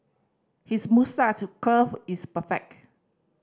his moustache curl is perfect